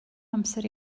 amser